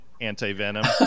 anti-venom